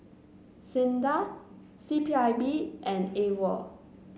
SINDA C P I B and AWOL